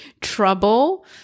trouble